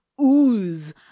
ooze